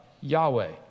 Yahweh